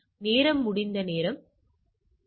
நேரம் முடிந்த நேரம் 900